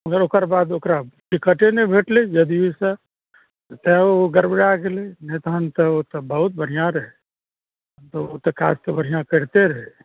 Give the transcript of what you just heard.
मगर ओकरबाद ओकरा टिकटे नहि भेटलय जदयूसँ तैं ओ गड़बड़ा गेलय नहि तहन तऽ ओ तऽ बहुत बढ़िआँ रहय तहन तऽ ओ काज तऽ बढ़िआँ करतय रहय